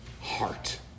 heart